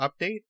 update